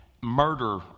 Murder